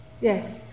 Yes